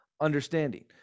understanding